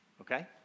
okay